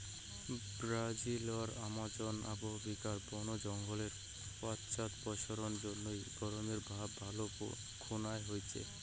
ব্রাজিলর আমাজন অববাহিকাত বন জঙ্গলের পশ্চাদপসরণ জইন্যে গরমের ভাব ভালে খুনায় হইচে